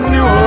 New